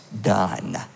done